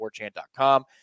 WarChant.com